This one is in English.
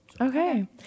okay